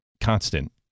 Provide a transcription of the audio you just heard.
constant